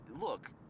Look